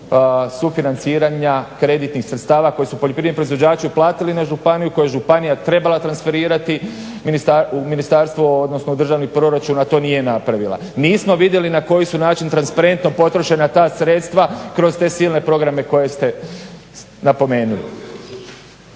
sufinanciranja kreditnih sredstava koji su poljoprivredni proizvođači uplatili na županiju i koje je županija trebala transferirati u ministarstvo, odnosno u državni proračun a to nije napravila. Nismo vidjeli na koji su način transparentno potrošena ta sredstva kroz te silne programe koje ste napomenuli.